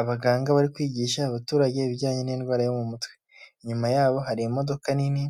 Abaganga bari kwigisha abaturage ibijyanye n'indwara yo mu mutwe, inyuma yabo hari imodoka nini